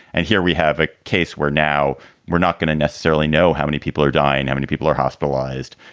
and here we have a case where now we're not going to necessarily know how many people are dying, how many people are hospitalized,